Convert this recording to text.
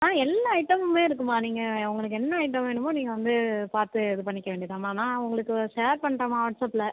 ஆ எல்லா ஐட்டமுமே இருக்கும்மா நீங்கள் உங்களுக்கு என்ன ஐட்டம் வேணுமோ நீங்கள் வந்து பார்த்து இது பண்ணிக்க வேண்டியதாம்மா நான் உங்களுக்கு ஷேர் பண்ணுறேம்மா வாட்ஸ்அப்பில்